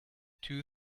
two